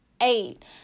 eight